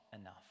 enough